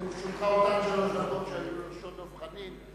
לרשותך אותן שלוש דקות שהיו לרשות דב חנין,